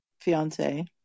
fiance